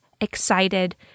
excited